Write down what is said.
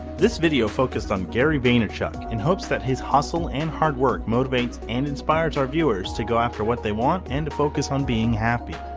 this video focused on gary vaynerchuck, in hopes that his hustle and hard work motivates and inspires our viewers to go after what they want and to focus on being happy.